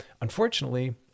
Unfortunately